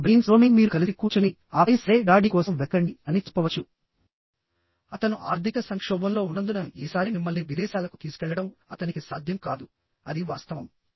ఇప్పుడు brainstorming మీరు కలిసి కూర్చుని ఆపై సరే డాడీ కోసం వెతకండి అని చెప్పవచ్చు అతను ఆర్థిక సంక్షోభంలో ఉన్నందున ఈసారి మిమ్మల్ని విదేశాలకు తీసుకెళ్లడం అతనికి సాధ్యం కాదు అది వాస్తవం